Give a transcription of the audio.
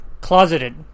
closeted